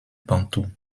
bantoues